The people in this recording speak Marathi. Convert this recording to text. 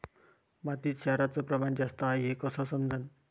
मातीत क्षाराचं प्रमान जास्त हाये हे कस समजन?